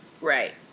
right